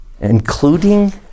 Including